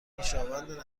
خویشاوند